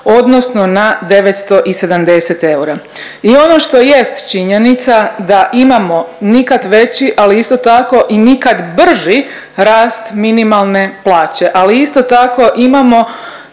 odnosno na 970 eura. I ono što jest činjenica da imamo nikad veći ali isto tako i nikad brži rast minimalne plaće, ali isto tako imamo